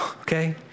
okay